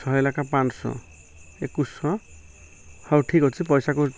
ଶହେ ଲାଖା ପାଞ୍ଚଶହ ଏକୋଇଶିଶହ ହଉ ଠିକ୍ ଅଛି ପଇସାକୁ